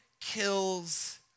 kills